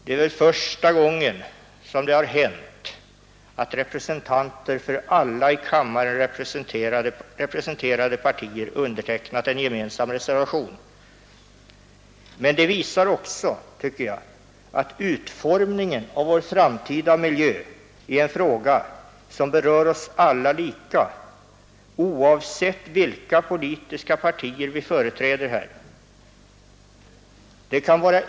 Det är väl första gången som det har hänt att företrädare för alla i kammaren representerade partier undertecknat en gemensam reservation. Men det visar också, tycker jag, att utformningen av vår framtida miljö är en fråga som berör oss alla lika, oavsett vilka politiska partier vi företräder.